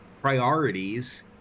priorities